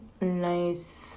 nice